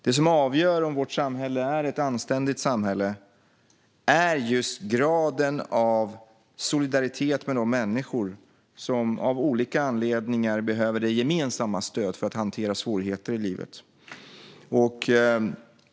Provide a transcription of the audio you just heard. Det som avgör om vårt samhälle är ett anständigt samhälle är graden av solidaritet med de människor som av olika anledningar behöver det gemensammas stöd för att hantera svårigheter i livet.